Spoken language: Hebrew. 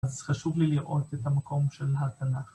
אז חשוב לי לראות את המקום של התנ"ך.